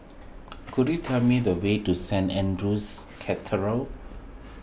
could you tell me the way to Saint andrew's